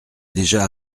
déjà